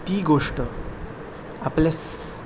ती गोश्ट आपल्या